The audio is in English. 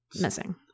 missing